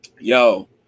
Yo